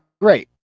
great